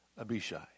Abishai